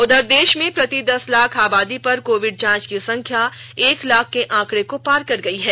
उधर देश में प्रति दस लाख आबादी पर कोविड जांच की संख्या एक लाख के आंकड़े को पार कर गई है